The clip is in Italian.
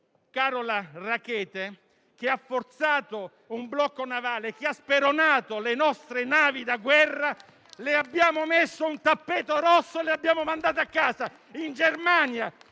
Carola Rackete, che ha forzato un blocco navale e ha speronato le nostre navi da guerra, abbiamo messo un tappeto rosso e l'abbiamo mandata a casa.